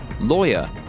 lawyer